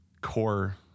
core